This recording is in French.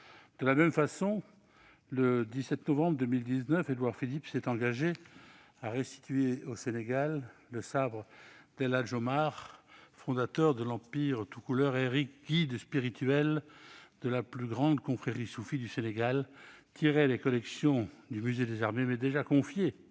De la même façon, le 17 novembre 2019, Édouard Philippe s'est engagé à restituer au Sénégal le sabre d'El Hadj Omar, fondateur de l'empire toucouleur et guide spirituel de la plus grande confrérie soufie du Sénégal, tiré des collections du musée de l'Armée, mais déjà confié